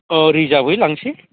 अ रिजार्भबै लांसै